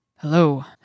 Hello